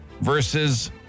Versus